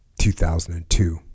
2002